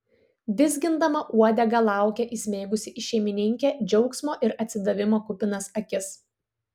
vizgindama uodegą laukė įsmeigusi į šeimininkę džiaugsmo ir atsidavimo kupinas akis